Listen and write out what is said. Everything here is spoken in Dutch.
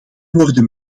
worden